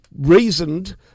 reasoned